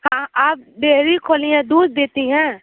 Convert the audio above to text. हाँ आप डेयरी खोली हैं दूध देती हैं